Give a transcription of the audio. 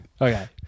Okay